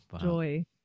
joy